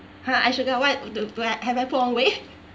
!huh! I sugar what do do I have I put on weight